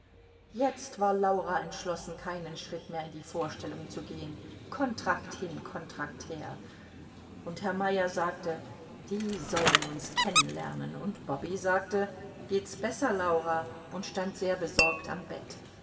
jetzt war laura entschlossen keinen schritt mehr in die vorstellung zu gehen kontrakt hin kontrakt her und herr meyer sagte die sollen uns kennen lernen und bobby sagte geht's besser laura und stand sehr besorgt am bett